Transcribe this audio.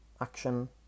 action